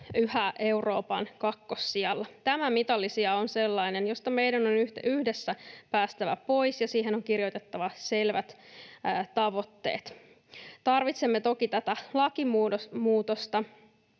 yhä Euroopan kakkossijalla. Tämä mitalisija on sellainen, josta meidän on yhdessä päästävä pois, ja siihen on kirjoitettava selvät tavoitteet. Tarvitsemme toki tätä lakimuutosta